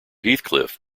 heathcliff